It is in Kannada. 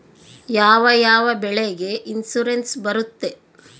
ಯಾವ ಯಾವ ಬೆಳೆಗೆ ಇನ್ಸುರೆನ್ಸ್ ಬರುತ್ತೆ?